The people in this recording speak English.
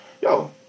yo